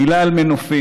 מילה על מנופים: